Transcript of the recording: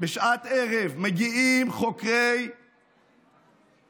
בשעת ערב מגיעים חוקרי מח"ש